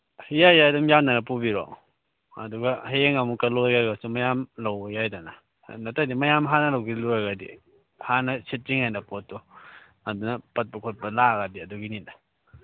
ꯌꯥꯏ ꯌꯥꯏ ꯑꯗꯨꯝ ꯌꯥꯟꯅꯔꯒ ꯄꯨꯕꯤꯔꯛꯑꯣ ꯑꯗꯨꯒ ꯍꯌꯦꯡ ꯑꯃꯨꯛꯀ ꯂꯣꯏꯔꯒꯁꯨ ꯃꯌꯥꯝ ꯂꯧꯕ ꯌꯥꯏꯗꯅ ꯅꯠꯇ꯭ꯔꯗꯤ ꯃꯌꯥꯝ ꯍꯥꯟꯅ ꯂꯧꯖꯤꯜꯂꯨꯔꯒꯗꯤ ꯍꯥꯟꯅ ꯁꯤꯠꯇ꯭ꯔꯤꯉꯩꯗ ꯄꯣꯠꯇꯣ ꯑꯗꯨꯅ ꯄꯠꯄ ꯈꯣꯠꯄ ꯂꯥꯛꯑꯗꯤ ꯑꯗꯨꯒꯤꯅꯤꯗ